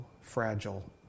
fragile